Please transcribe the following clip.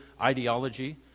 Ideology